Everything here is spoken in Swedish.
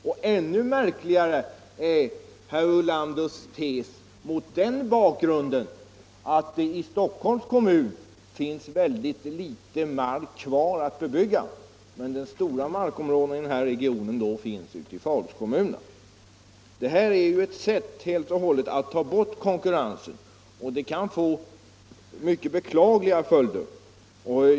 Och ännu märkligare är herr Ulanders tes mot den bakgrunden att det i Stockholms kommun finns väldigt litet mark kvar att bebygga. De stora markområdena i regionen finns ute i förortskommunerna. Detta är ett sätt att helt enkelt ta bort konkurrensen och det kan få mycket beklagliga följder.